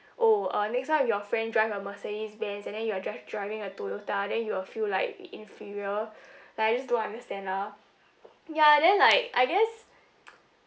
oh uh next time your friend drive a mercedes benz and then you are just driving a toyota then you will feel like inferior like I just don't understand lah ya then like I guess